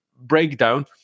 breakdown